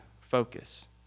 focus